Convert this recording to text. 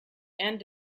and